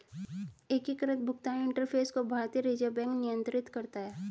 एकीकृत भुगतान इंटरफ़ेस को भारतीय रिजर्व बैंक नियंत्रित करता है